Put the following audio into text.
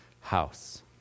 house